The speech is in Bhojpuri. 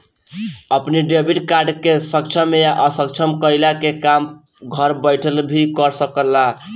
अपनी डेबिट कार्ड के सक्षम या असक्षम कईला के काम घर बैठल भी कर सकेला